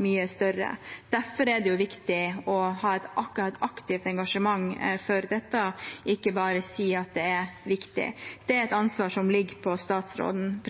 mye større. Derfor er det viktig å ha et aktivt engasjement for dette, ikke bare si at det er viktig. Det er et ansvar som ligger på statsråden.